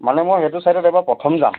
মানে মই সেইটো চাইডত এবাৰ প্ৰথম যাম